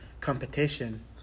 competition